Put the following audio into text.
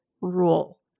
rule